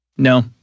No